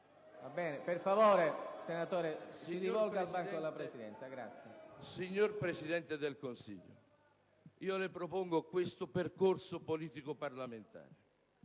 Signor Presidente del Consiglio, le propongo questo percorso politico-parlamentare.